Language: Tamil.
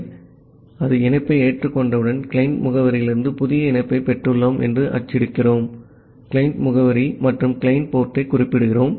ஆகவே அது இணைப்பை ஏற்றுக்கொண்டவுடன் கிளையன்ட் முகவரியிலிருந்து புதிய இணைப்பைப் பெற்றுள்ளோம் என்று அச்சிடுகிறோம் கிளையன்ட் முகவரி மற்றும் கிளையன்ட் போர்ட்டைக் குறிப்பிடுகிறோம்